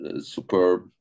superb